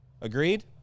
Agreed